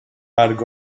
مرگ